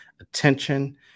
attention